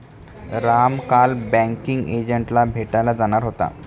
राम काल बँकिंग एजंटला भेटायला जाणार होता